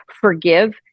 forgive